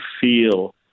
feel